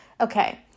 okay